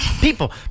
people